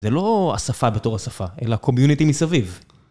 זה לא השפה בתור השפה, אלא קומיוניטי מסביב.